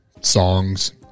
songs